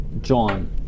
John